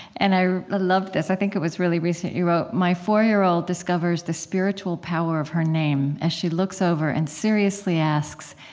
and i love this. i think it was really recent. you wrote my four year old discovers the spiritual power of her name as she looks over and seriously asks,